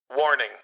Warning